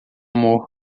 amor